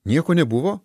nieko nebuvo